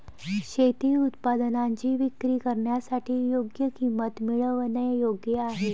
शेती उत्पादनांची विक्री करण्यासाठी योग्य किंमत मिळवणे योग्य आहे